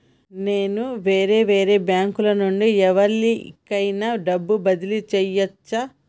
నేను వేరే బ్యాంకు నుండి ఎవలికైనా డబ్బు బదిలీ చేయచ్చా?